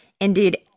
Indeed